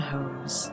Homes